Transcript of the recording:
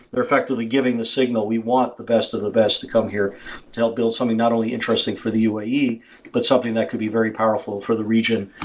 they're effectively giving the signal, we want the best of the best to come here to help build something not only interesting for the uae but something that could be very powerful for the region,